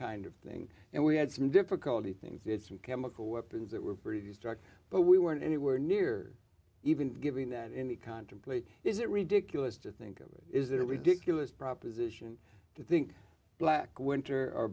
kind of thing and we had some difficulty things did some chemical weapons that were pretty destructive but we weren't anywhere near even giving that any contemplate is it ridiculous to think of it is a ridiculous proposition to think black winter or